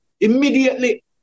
immediately